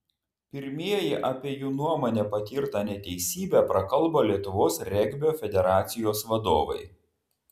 pirmieji apie jų nuomone patirtą neteisybę prakalbo lietuvos regbio federacijos vadovai